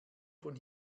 von